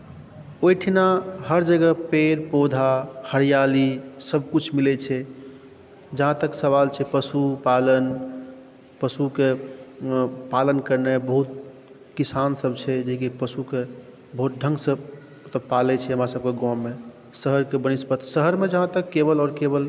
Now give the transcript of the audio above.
ओहिठुना हर जगह पेड़ पौधा हरियाली सब किछु मिलै छै जा तक सवाल छै पशुपालन पशुके पालन करनाइ बहुत किसान सभ छै जे कि पशुके बहुत ढ़ंगसँ पालै छै हमरा सभके गाँवमे शहरके वनस्पति शहरमे जहाँ तक केवल और केवल